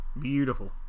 Beautiful